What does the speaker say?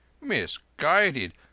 misguided